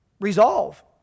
Resolve